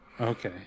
Okay